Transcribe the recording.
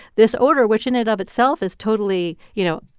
this odor, which in and of itself, is totally, you know,